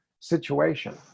situation